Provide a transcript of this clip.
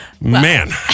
Man